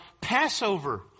Passover